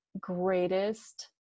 greatest